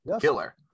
killer